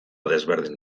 desberdin